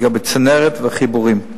לגבי צנרת וחיבורים.